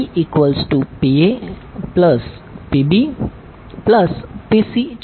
PPaPbPc છે